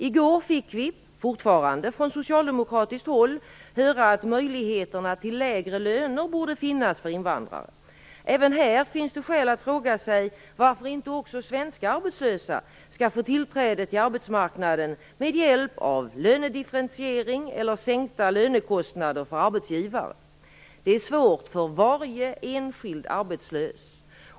I går fick vi, fortfarande från socialdemokratiskt håll, höra att möjligheterna till lägre löner borde finnas för invandrare. Även här finns det skäl att fråga sig varför inte också svenska arbetslösa skall få tillträde till arbetsmarknaden med hjälp av lönedifferentiering eller sänkta lönekostnader för arbetsgivare. Det är svårt för varje enskild arbetslös.